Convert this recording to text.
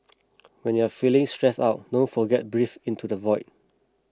when you are feeling stressed out don't forget breathe into the void